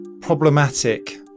problematic